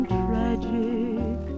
tragic